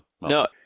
No